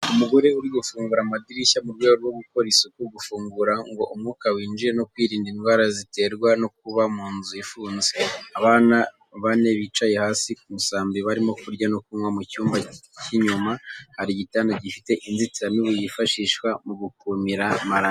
Umugore uri gufungura amadirishya mu rwego rwo gukora isuku, gufungura ngo umwuka winjire no kwirinda indwara ziterwa no kuba mu nzu ifunze. Abana bane bicaye hasi ku musambi barimo kurya no kunywa. Mu cyumba cy’inyuma hari igitanda gifite inzitiramibu yifashishwa mu gukumira malaria.